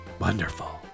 Wonderful